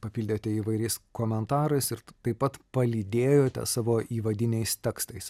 papildėte įvairiais komentarais ir taip pat palydėjote savo įvadiniais tekstais